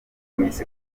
miss